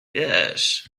wiesz